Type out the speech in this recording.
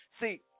See